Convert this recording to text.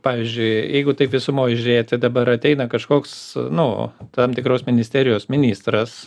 pavyzdžiui jeigu taip visumoj žiūrėti dabar ateina kažkoks nu tam tikros ministerijos ministras